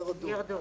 ירדו.